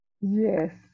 Yes